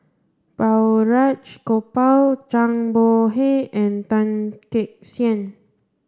Balraj Gopal Zhang Bohe and Goh Teck Sian